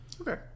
okay